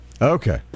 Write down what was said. Okay